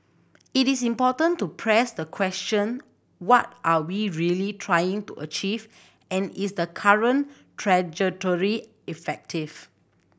it is important to press the question what are we really trying to achieve and is the current trajectory effective